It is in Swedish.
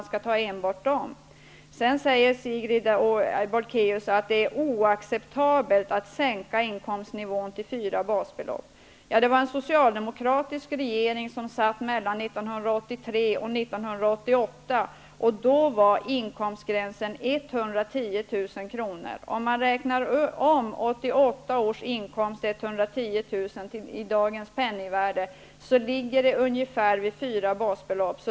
Sedan säger Sigrid Bolkéus att det oacceptabelt att sänka inkomstnivån till fyra basbelopp. Det var en socialdemokratisk regering som satt mellan 1983 och 1988. Då var inkomstgränsen 110 000 kr. Om man räknar om 1988 års inkomster 110 000 kr. till dagens penningvärde, kan man konstatera att gränsen ligger vid ungefär fyra basbelopp.